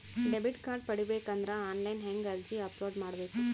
Debit card ಪಡಿಬೇಕು ಅಂದ್ರ online ಹೆಂಗ್ ಅರ್ಜಿ ಅಪಲೊಡ ಮಾಡಬೇಕು?